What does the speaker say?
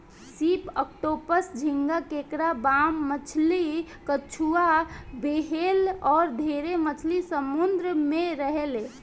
सीप, ऑक्टोपस, झींगा, केकड़ा, बाम मछली, कछुआ, व्हेल अउर ढेरे मछली समुंद्र में रहेले